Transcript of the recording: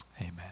amen